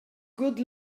good